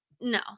No